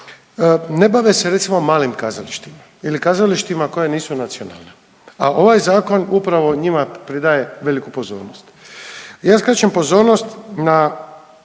ne bave se recimo malim kazalištima ili kazalištima koja nisu nacionalna, a ovaj zakon upravo njima pridaje veliku pozornost. Ja skrećem pozornost na